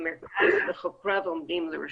המרכז וחוקריו עומדים לרשותכם.